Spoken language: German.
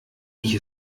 ich